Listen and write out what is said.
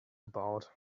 about